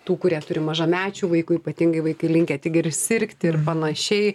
tų kurie turi mažamečių vaikų ypatingai vaikai linkę tik ir sirgti ir panašiai